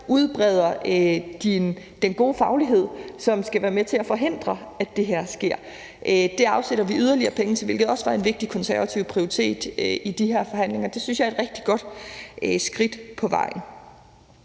udbreder den gode faglighed, som skal være med til at forhindre, at det her sker. Kl. 10:37 Det afsætter vi yderligere penge til, hvilket også var en vigtig konservativ prioritet i de her forhandlinger. Det synes jeg er et rigtig godt skridt på vejen.